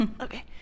Okay